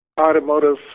Automotive